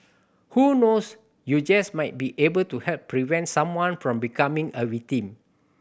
who knows you just might be able to help prevent someone from becoming a victim